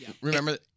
Remember